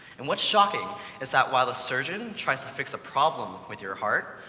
and what's shocking is that while a surgeon tries to fix a problem with your heart,